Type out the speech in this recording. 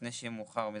לפני שיהיה מאוחר מידי.